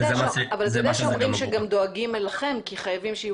אתה יודע שגם דואגים לכם כי חייבים שיהיו